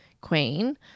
Queen